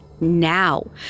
now